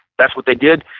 that's what they did.